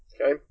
Okay